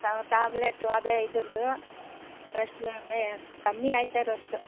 tablet ಅದೇ ಇದ್ರದ್ದು ರಷ್ಟು ಕಮ್ಮಿ ಆಯ್ತಾರಷ್ಟು